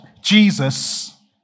Jesus